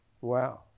Wow